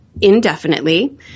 indefinitely